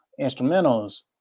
instrumentals